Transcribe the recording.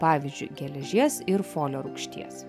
pavyzdžiui geležies ir folio rūgšties